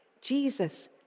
Jesus